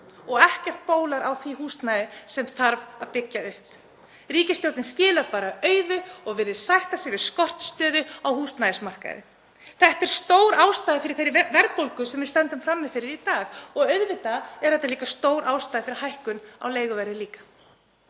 og ekkert bólar á því húsnæði sem þarf að byggja upp. Ríkisstjórnin skilar bara auðu og virðist sætta sig við skortstöðu á húsnæðismarkaði. Þetta er stór ástæða fyrir þeirri verðbólgu sem við stöndum frammi fyrir í dag. Auðvitað er þetta líka stór ástæða fyrir hækkun á leiguverði.